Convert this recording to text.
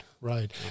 Right